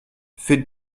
für